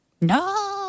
No